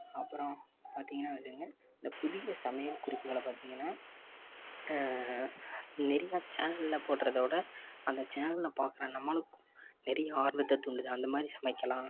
அப்புறம் பார்த்தீங்கன்னா வச்சுங்க இந்த புதிய சமையல் குறிப்புகளை பார்த்தீங்கன்னா நிறையா சேனலில் போடுறத விட அந்த சேனலை பார்க்குற நம்மளுக்கும் நிறைய ஆர்வத்தை தூண்டுது அந்தமாதிரி சமைக்கலாம்